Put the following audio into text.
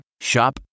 Shop